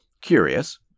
Curious